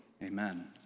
Amen